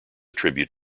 tribute